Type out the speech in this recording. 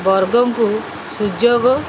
ବର୍ଗଙ୍କୁ ସୁଯୋଗ